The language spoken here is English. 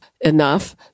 enough